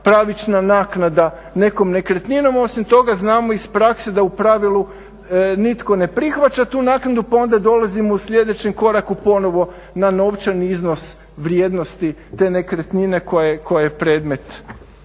pravična naknada nekom nekretninom osim toga znao iz prakse da u pravilu nitko ne prihvaća tu naknadu pa onda dolazimo u sljedećem koraku ponovno na novčani iznos vrijednosti te nekretnine koja je predmet